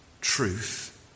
truth